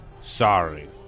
sorry